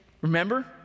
remember